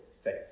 faith